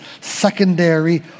secondary